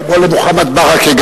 כמו למוחמד ברכה,